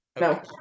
No